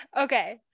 okay